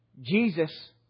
Jesus